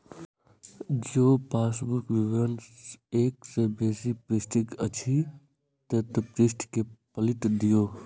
जौं पासबुक विवरण एक सं बेसी पृष्ठक अछि, ते पृष्ठ कें पलटि दियौ